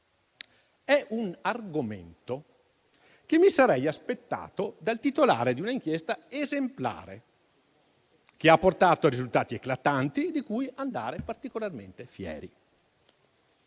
È un argomento che mi sarei aspettato dal titolare di una inchiesta esemplare, che ha portato risultati eclatanti di cui andare particolarmente fieri.